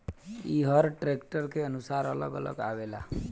ई हर ट्रैक्टर के अनुसार अलग अलग आवेला